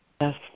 Yes